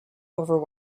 over